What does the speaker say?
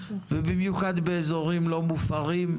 ובמיוחד באזורים לא מופרים,